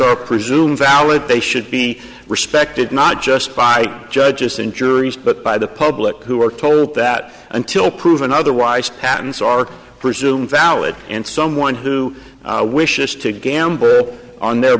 are presumed valid they should be respected not just by judges and juries but by the public who are told that until proven otherwise patents are presumed valid and someone who wishes to gamble on their